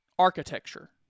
architecture